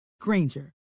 Granger